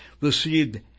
received